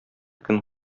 көн